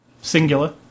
singular